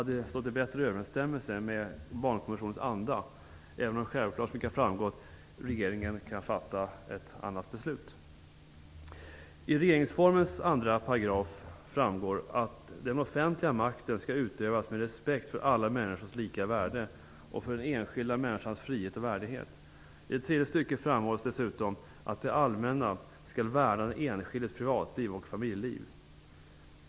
Det hade stått i bättre överensstämmelse med barnkonventionens anda, även om självklart, vilket har framgått, regeringen kan fatta ett annat beslut. Av 2 § regeringsformen framgår att den offentliga makten skall utövas med respekt för alla människors lika värde och för den enskilda människans frihet och värdighet. I det tredje stycket framhålls dessutom att det allmänna skall värna om den enskildes privatliv och familjeliv.